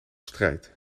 strijd